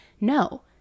no